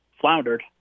floundered